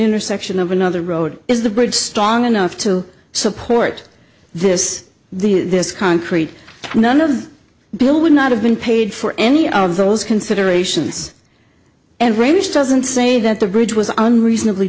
intersection of another road is the bridge strong enough to support this the this concrete none of the bill would not have been paid for any of those considerations and range doesn't say that the bridge was on reasonably